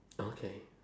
okay